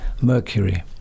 mercury